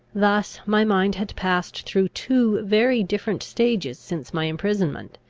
thus my mind had passed through two very different stages since my imprisonment,